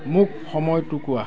মোক সময়টো কোৱা